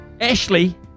Ashley